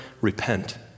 repent